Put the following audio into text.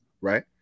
right